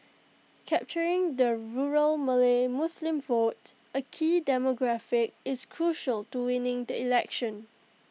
capturing the rural Malay Muslim vote A key demographic is crucial to winning the election